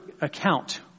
account